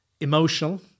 emotional